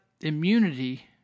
immunity